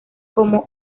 como